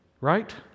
Right